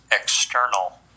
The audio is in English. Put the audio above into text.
external